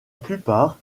plupart